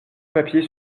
papiers